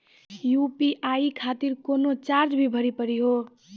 UPI खातिर कोनो charge भी भरी पड़ी हो?